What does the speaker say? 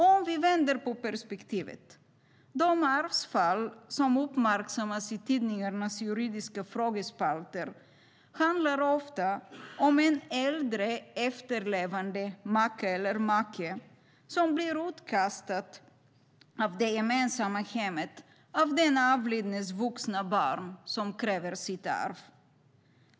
Om vi vänder på perspektivet handlar de arvsfall som uppmärksammas i tidningarnas juridiska frågespalter ofta om en äldre efterlevande maka eller make som bli utkastad ur det gemensamma hemmet av den avlidnes vuxna barn som kräver sitt arv.